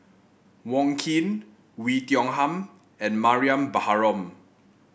Wong Keen Oei Tiong Ham and Mariam Baharom